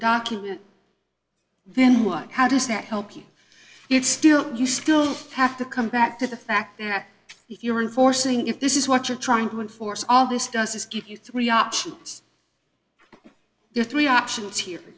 document then like how does that help you it's still you still have to come back to the fact that you're in forcing if this is what you're trying to enforce all this does is give you three options there